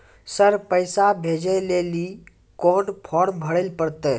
Sir पैसा भेजै लेली कोन फॉर्म भरे परतै?